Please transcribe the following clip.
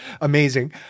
amazing